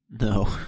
No